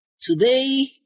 Today